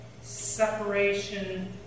separation